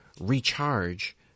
recharge